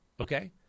Okay